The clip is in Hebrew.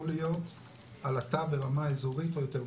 יכול להיות עלטה ברמה אזורית או יותר מזה.